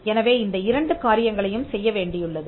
எனவே இந்த இரண்டு காரியங்களையும் செய்ய வேண்டியுள்ளது